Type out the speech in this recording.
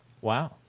Wow